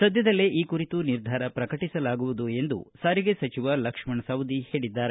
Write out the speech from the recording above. ಸದ್ದದಲ್ಲಿ ಈ ಕುರಿತು ನಿರ್ಧಾರ ಪ್ರಕಟಿಸಲಾಗುವುದು ಎಂದು ಸಾರಿಗೆ ಸಚಿವ ಲಕ್ಷ್ಣಣ ಸವದಿ ಹೇಳಿದ್ದಾರೆ